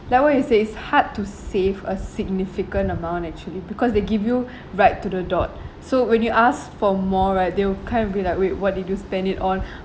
like what you said it's hard to save a significant amount actually because they give you right to the dot so when you ask for more right they will kind of be like wait what did you spend it on